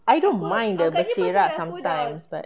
I don't mind berselerak sometimes but